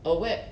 oh where